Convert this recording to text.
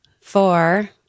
four